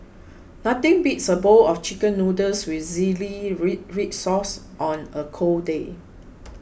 nothing beats a bowl of Chicken Noodles with Zingy Red Sauce on a cold day